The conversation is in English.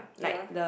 ya